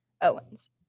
Owens